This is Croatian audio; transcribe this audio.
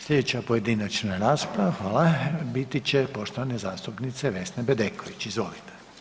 Slijedeća pojedinačna rasprava, hvala, biti će poštovane zastupnice Vesne Bedeković, izvolite.